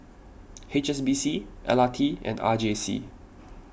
H S B C L R T and R J C